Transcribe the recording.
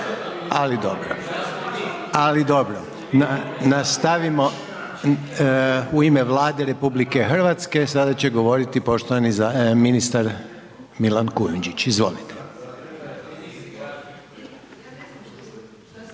ali dobro. Ali dobro. Nastavimo, u ime Vlade RH, sada će govoriti poštovani ministar Milan Kujundžić, izvolite.